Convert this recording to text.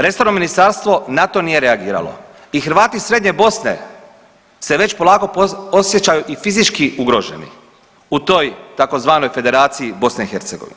Resorno ministarstvo na to nije reagiralo i Hrvati srednje Bosne se već polako osjećaju i fizički ugroženi u toj tzv. Federaciji BiH.